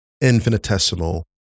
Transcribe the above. infinitesimal